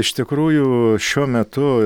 iš tikrųjų šiuo metu